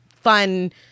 fun